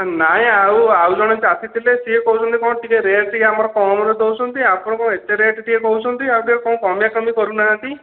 ନାଇଁ ଆଉ ଆଉ ଜଣେ ଚାଷୀ ଥିଲେ ସେ କହୁଛନ୍ତି କଣ ଟିକେ ରେଟ୍ ଟିକିଏ କ'ଣ କମରେ ଦେଉଛନ୍ତି ଆପଣ କ'ଣ ଏତେ ରେଟ ଟିକିଏ କହୁଛନ୍ତି ଆଉଟିକେ କ'ଣ କମା କମି କରୁନାହାନ୍ତି